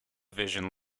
vision